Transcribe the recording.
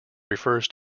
refers